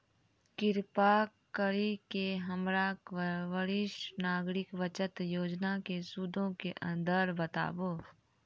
कृपा करि के हमरा वरिष्ठ नागरिक बचत योजना के सूदो के दर बताबो